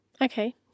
Okay